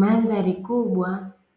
Mandhari kubwa